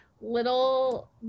little